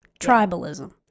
Tribalism